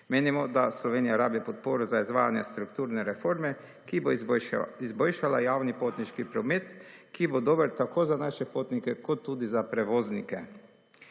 Menimo, da Slovenija rabi podporo za izvajanje strukturne reforme, ki bo izboljšala javni potniški promet, ki bo dober tako za naše potnike kot tudi za prevoznike.